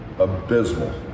abysmal